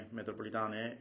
metropolitane